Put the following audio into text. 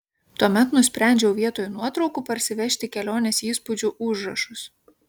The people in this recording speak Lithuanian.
tuomet nusprendžiau vietoj nuotraukų parsivežti kelionės įspūdžių užrašus